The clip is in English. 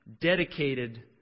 dedicated